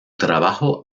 trabajo